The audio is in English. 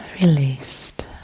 released